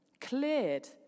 cleared